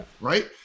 right